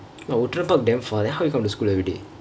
!wah! outram park damn far then how you come to school everyday